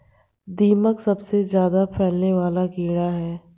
दीमक सबसे ज्यादा फैलने वाला कीड़ा है